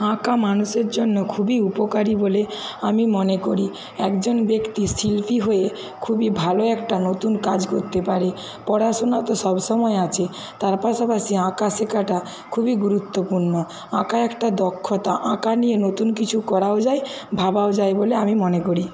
আঁকা মানুষের জন্য খুবই উপকারী বলে আমি মনে করি একজন ব্যক্তি শিল্পী হয়ে খুবই ভালো একটা নতুন কাজ করতে পারে পড়াশোনা তো সব সময় আছে তার পাশাপাশি আঁকা শেখাটা খুবই গুরুত্বপূর্ণ আঁকা একটা দক্ষতা আঁকা নিয়ে নতুন কিছু করাও যায় ভাবাও যায় বলে আমি মনে করি